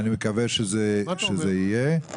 אני מקווה שזה יהיה.